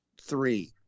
three